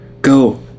Go